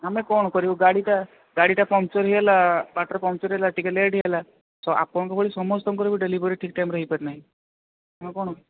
ଆମେ କ'ଣ କରିବୁ ଗାଡ଼ିଟା ଗାଡ଼ିଟା ପଙ୍କଚର୍ ହେଇଗଲା ବାଟରେ ପଙ୍କଚର୍ ହେଇଗଲା ଟିକେ ଲେଟ୍ ହେଇଗଲା ତ ଆପଣଙ୍କ ଭଳି ସମସ୍ତଙ୍କର ବି ଡେଲିଭରି ଠିକ୍ ଟାଇମ୍ରେ ହେଇପାରିନାହିଁ ମୁଁ କ'ଣ